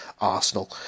arsenal